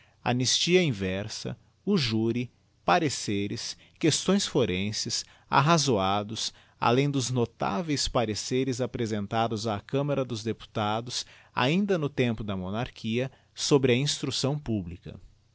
amnistia inversa o jury pareceres questões forenses arrazoados alem dos notáveis pareceres apresentados á camará dos deputados ainda no tempo da monarchia sobre a instrucção publica